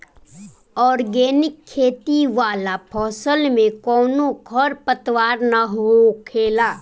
organic खेती वाला फसल में कवनो खर पतवार ना होखेला